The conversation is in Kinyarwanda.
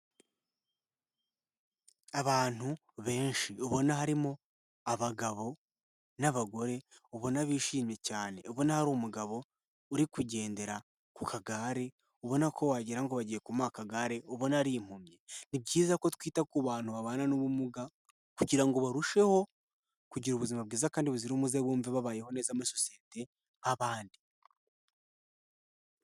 Abantu benshi, ubona harimo abagabo n'abagore, ubona bishimye cyane, ubona hari umugabo uri kugendera ku kagare, ubona ko wagira ngo bagiye kumuha akagare, ubona ari impumyi. Ni byiza ko twita ku bantu babana n'ubumuga, kugira ngo barusheho kugira ubuzima bwiza kandi buzira umuze bumve babayeho neza muri sosiyete nk'abandi.